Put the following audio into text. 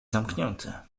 zamknięty